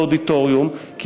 באודיטוריום,